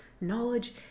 knowledge